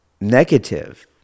negative